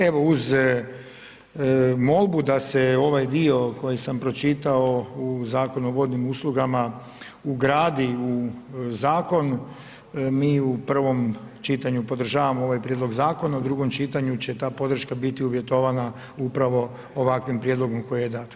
Evo uz molbu da se ovaj dio koji sam pročitao u Zakonu o vodnim uslugama ugradi u zakon mi u prvom čitanju podržavamo ovaj prijedlog zakona, u drugom čitanju će ta podrška biti uvjetovana upravo ovakvim prijedlogom koji je data.